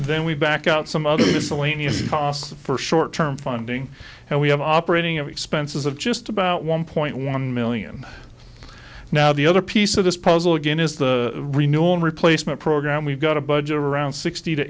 then we back out some other miscellaneous costs for short term funding and we have operating expenses of just about one point one million now the other piece of this puzzle again is the renewal and replacement program we've got a budget of around sixty to